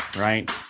right